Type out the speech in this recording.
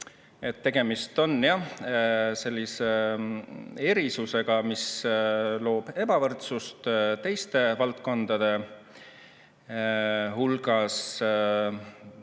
tegemist on sellise erisusega, mis loob ebavõrdsust teiste valdkondadega